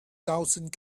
thousand